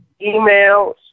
emails